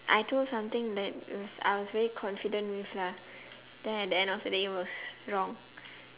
I do something that was I was really confident with lah then at the end of the day was wrong